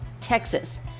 Texas